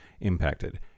impacted